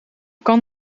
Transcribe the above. kan